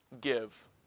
give